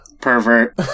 Pervert